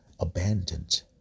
abandoned